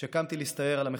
כשקמתי להסתער על המחבל.